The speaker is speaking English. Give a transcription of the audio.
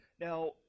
Now